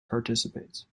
participates